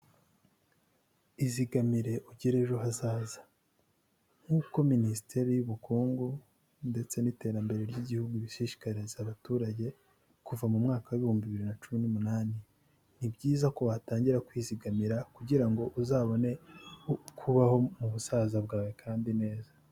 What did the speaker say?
Izigamire ugire ejo hazaza. Nkuko Minisiteri y'ubukungu, ndetse n'iterambere ry'igihugu bishishikariza abaturage, kuva mu mwaka w'ibihumbi bibiri na cumi n'umunani. Ni byiza ko watangira kwizigamira kugira ngo uzabone kubaho mu busaza bwawe kandi neza.